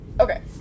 Okay